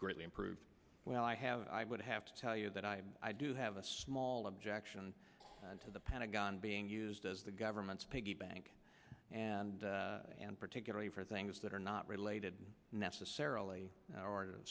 greatly improved well i have i would have to tell you that i do have a small objection to the pentagon being used as the government's piggy bank and particularly for things that are not related necessarily o